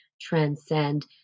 transcend